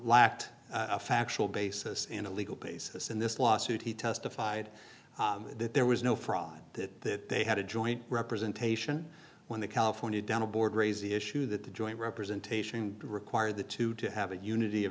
lacked a factual basis and a legal basis in this lawsuit he testified that there was no fraud that they had a joint representation when the california dental board raised the issue that the joint representation required the two to have a unity of